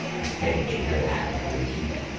his head was red from the great heat.